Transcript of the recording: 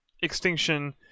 extinction